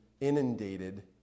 inundated